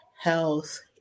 health